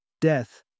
Death